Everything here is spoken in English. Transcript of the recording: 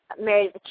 Married